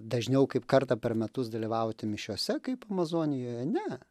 dažniau kaip kartą per metus dalyvauti mišiose kaip amazonijoje ne